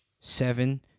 seven